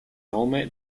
nome